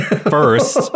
first